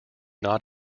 not